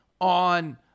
on